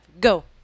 Go